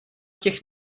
těch